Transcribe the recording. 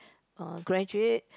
uh graduate